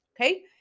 okay